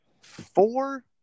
four